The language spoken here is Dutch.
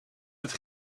het